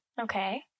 okay